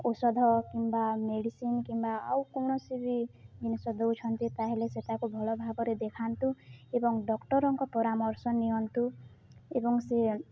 ଔଷଧ କିମ୍ବା ମେଡ଼ିସିନ୍ କିମ୍ବା ଆଉ କୌଣସି ବି ଜିନିଷ ଦେଉଛନ୍ତି ତାହେଲେ ସେ ତାକୁ ଭଲ ଭାବରେ ଦେଖାନ୍ତୁ ଏବଂ ଡକ୍ଟର୍ଙ୍କ ପରାମର୍ଶ ନିଅନ୍ତୁ ଏବଂ ସେ